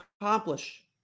accomplish